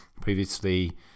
previously